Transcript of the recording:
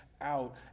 out